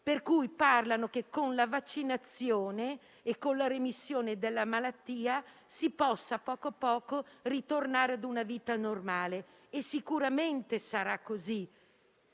prevedendo che con la vaccinazione e con la remissione della malattia si possa a poco a poco tornare a una vita normale. Sicuramente sarà così,